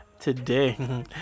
today